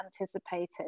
anticipated